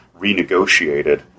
renegotiated